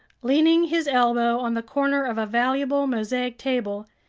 leaning his elbow on the corner of a valuable mosaic table,